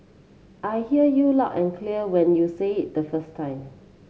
I hear you loud and clear when you say it the first time